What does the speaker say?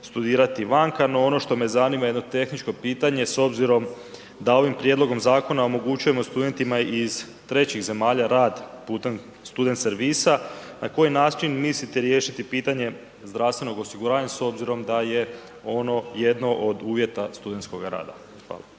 ono što me zanima, jedno tehničko pitanje s obzirom da ovim prijedlogom zakona omogućujemo studentima i iz trećih zemalja rad putem student servisa, na koji način mislite riješiti pitanje zdravstvenog osiguranja s obzirom da je ono jedno od uvjeta studentskoga rada? Hvala.